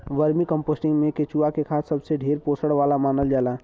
vermicomposting में केचुआ के खाद सबसे ढेर पोषण वाला मानल जाला